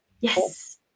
Yes